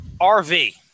RV